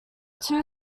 two